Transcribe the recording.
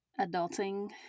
adulting